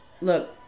look